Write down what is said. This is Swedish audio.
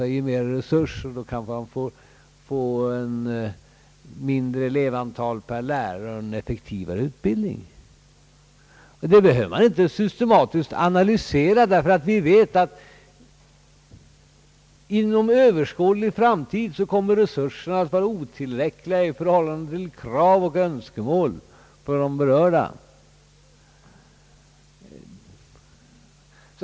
Det kan i sin tur innebära ett mindre elevantal per lärare och en effektivare utbildning. Det behöver inte systematiskt analyseras, ty vi vet att inom överskådlig framtid kommer resurserna att vara otillräckliga i förhållande till krav och önskemål för de berörda.